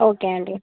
okay aunty